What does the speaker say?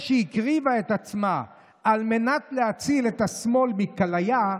שהקריבה את עצמה על מנת להציל את השמאל מכליה,